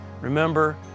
remember